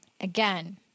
Again